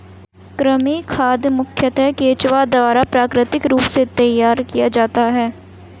कृमि खाद मुखयतः केंचुआ द्वारा प्राकृतिक रूप से तैयार किया जाता है